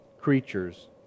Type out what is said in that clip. creatures